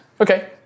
Okay